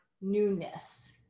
newness